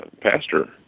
pastor